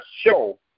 show